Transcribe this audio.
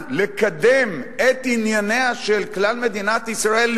לקדם את ענייניה של כלל מדינת ישראל,